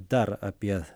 dar apie